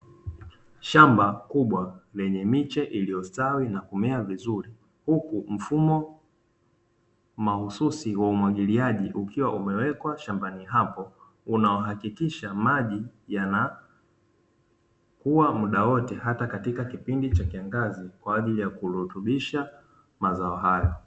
Shamba kubwa lenye miche iliyostawi na kumea vizuri huku mfumo mahususi wa umwagiliaji ukiwa umewekwa shambani hapo, unaohakikisha maji yanakua muda wote hata katika kipindi cha kiangazi kwa ajili ya kurutubisha mazao hayo.